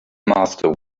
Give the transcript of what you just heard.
master